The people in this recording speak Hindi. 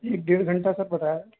एक डेढ़ घंटा सर बताया